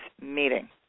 meeting